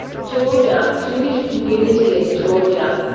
georgia jewish community of georgia